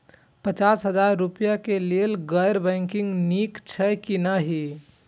पचास हजार रुपए के लेल गैर बैंकिंग ठिक छै कि नहिं?